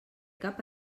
cap